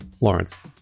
Lawrence